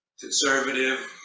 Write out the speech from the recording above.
conservative